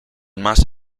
más